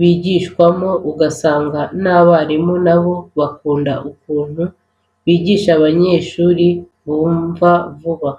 bigishwamo usanga n'abarimu na bo bakunda ukuntu bigisha abanyeshuri bumva vuba.